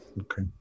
Okay